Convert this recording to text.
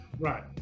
Right